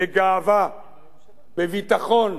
בגאווה, בביטחון,